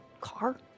car